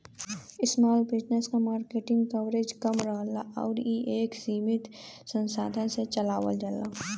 small business क market coverage कम रहला आउर इ एक सीमित संसाधन से चलावल जाला